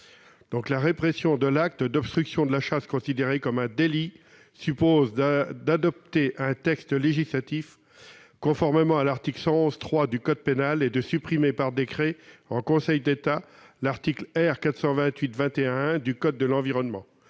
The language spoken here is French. La répression de l'acte d'obstruction à un acte de chasse, considéré comme un délit, suppose d'adopter un texte de loi, conformément à l'article 111-3 du code pénal, et de supprimer par décret en Conseil d'État l'article R. 428-12-1 du code de l'environnement.